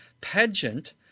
pageant